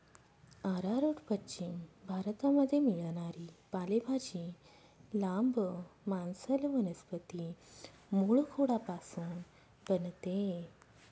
arrowroot पश्चिम भारतामध्ये मिळणारी पालेभाजी, लांब, मांसल वनस्पती मूळखोडापासून बनते